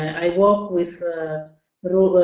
i work with rural